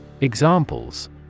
Examples